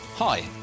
Hi